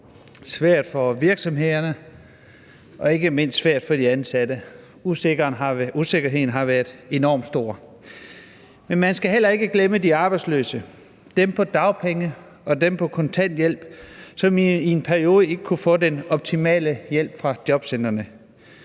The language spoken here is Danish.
svært for virksomhederne og ikke mindst svært for de ansatte. Usikkerheden har været enormt stor. Men man skal heller ikke glemme de arbejdsløse – dem på dagpenge og dem på kontanthjælp, som i en periode ikke kunne få den optimale hjælp fra jobcentrene.